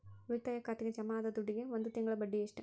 ಉಳಿತಾಯ ಖಾತೆಗೆ ಜಮಾ ಆದ ದುಡ್ಡಿಗೆ ಒಂದು ತಿಂಗಳ ಬಡ್ಡಿ ಎಷ್ಟು?